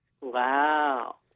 Wow